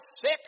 sick